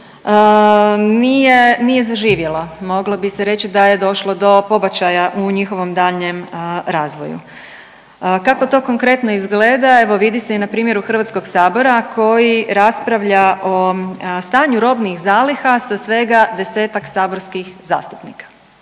nije zaživjelo, moglo bi se reći da je došlo do pobačaja u njihovom daljnjem razvoju. Kako to konkretno izgleda, evo vidi se i na primjeru HS-a koji raspravlja o stanju robnih zaliha sa svega 10-ak saborskih zastupnika.